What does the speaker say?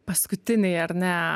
paskutiniai ar ne